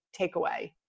takeaway